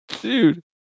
dude